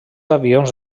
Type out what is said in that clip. avions